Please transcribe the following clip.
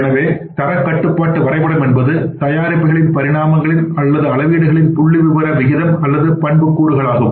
எனவே தரக் கட்டுப்பாட்டு வரைபடம் என்பது பல்வேறு தயாரிப்புகளின் பரிமாணங்களின் அளவீடுகளின் புள்ளிவிவர விகிதம் அல்லது பண்புக்கூறுகள் ஆகும்